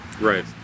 Right